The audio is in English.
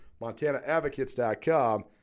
MontanaAdvocates.com